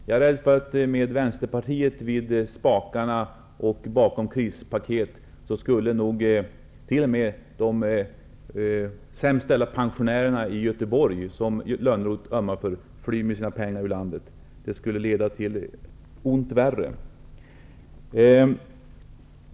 Jag är rädd för att med Vänsterpartiet vid spakarna och bakom krispaket, skulle nog även de sämst ställda pensionärerna i Göteborg, som Johan Lönnroth ömmar för, fly med sina pengar ur landet. Det skulle leda till ont värre.